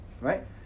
Right